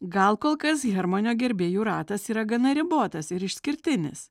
gal kol kas hermanio gerbėjų ratas yra gana ribotas ir išskirtinis